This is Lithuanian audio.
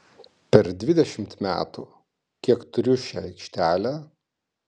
per dvidešimt metų kiek turiu šią aikštelę